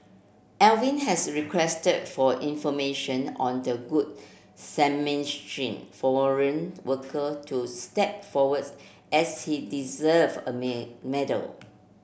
Alvin has requested for information on the Good Samaritan foreign worker to step forward as he deserve a medal